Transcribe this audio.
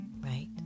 right